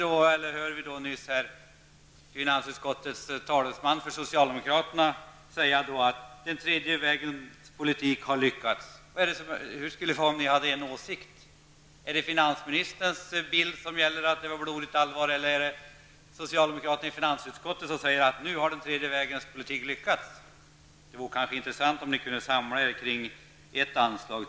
Men nyss hörde vi här socialdemokraternas talesman i finansutskottet säga att den tredje vägens politik har lyckats. Hur skulle det vara om ni hade en åsikt? Är det finansministerns bild som gäller -- dvs. att det nu är blodigt allvar när det gäller ekonomin? Eller är det vad socialdemokraterna i finansutskottet talar om som gäller -- dvs. att den tredje vägens politik nu har lyckats? Det vore alltså intressant om ni kunde samla er kring ett anslag.